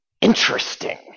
interesting